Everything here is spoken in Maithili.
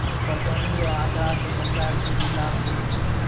पटौनी रो आँकड़ा से सरकार के भी लाभ हुवै छै